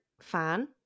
fan